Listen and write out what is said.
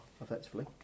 effectively